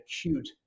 acute